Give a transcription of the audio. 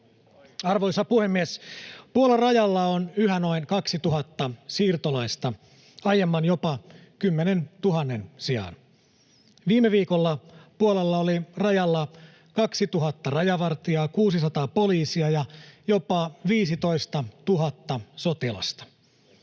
Arvoisa puhemies! Puolan rajalla on yhä noin 2 000 siirtolaista aiemman jopa 10 000:n sijaan. Viime viikolla Puolalla oli rajalla 2 000 rajavartijaa, 600 poliisia ja jopa 15 000 sotilasta.